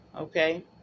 Okay